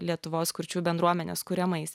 lietuvos kurčiųjų bendruomenės kuriamais